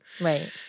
Right